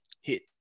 hit